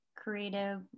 Creative